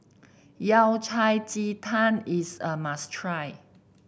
Yao Cai Ji Tang is a must try